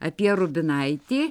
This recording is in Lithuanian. apie rubinaitį